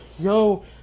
Yo